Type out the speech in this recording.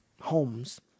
homes